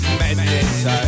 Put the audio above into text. madness